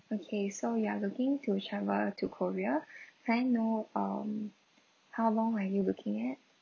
okay so you are looking to travel to korea can I know um how long are you looking at